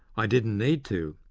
i didn't need to,